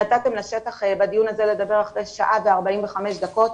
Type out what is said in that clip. נתתם לשטח לדבר בדיון הזה אחרי שעה ו-45 דקות.